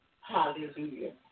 hallelujah